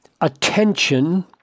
attention